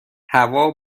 هوا